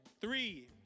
three